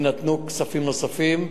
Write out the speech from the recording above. יינתנו כספים נוספים,